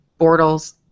Bortles